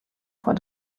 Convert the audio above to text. foar